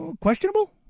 questionable